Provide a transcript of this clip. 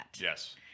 Yes